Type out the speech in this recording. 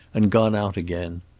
and gone out again.